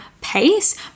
pace